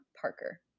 Parker